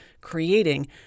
creating